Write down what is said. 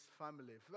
family